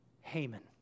Haman